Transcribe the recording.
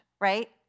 right